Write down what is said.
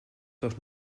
doch